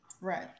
Right